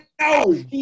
no